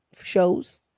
shows